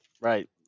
right